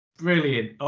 Brilliant